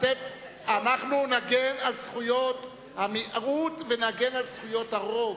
אנחנו נגן על זכויות המיעוט ונגן על זכויות הרוב.